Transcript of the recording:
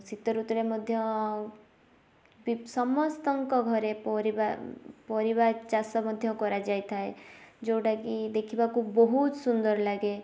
ଶୀତଋତୁରେ ମଧ୍ୟ ସମସ୍ତଙ୍କ ଘରେ ପରିବା ପରିବାଚାଷ ମଧ୍ୟ କରାଯାଇଥାଏ ଯେଉଁଟାକି ଦେଖିବାକୁ ବହୁତ ସୁନ୍ଦର ଲାଗେ